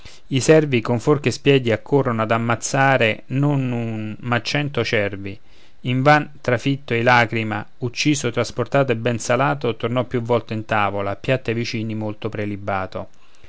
i servi con forche e spiedi accorrono da ammazzare non un ma cento cervi invan trafitto ei lacrima ucciso trasportato e ben salato tornò più volte in tavola piatto ai vicini molto prelibato